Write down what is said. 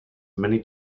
many